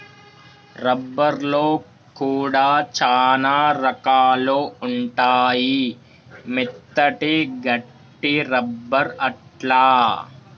rubber లో కూడా చానా రకాలు ఉంటాయి మెత్తటి, గట్టి రబ్బర్ అట్లా